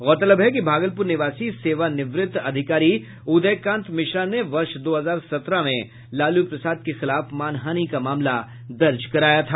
गौरतलब है कि भागलपुर निवासी सेवानिवृत्त अधिकारी उदयकांत मिश्रा ने वर्ष दो हजार सत्रह में लालू प्रसाद के खिलाफ मानहानि का मामला दर्ज कराया था